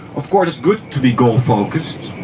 of course it's good to be goal focused.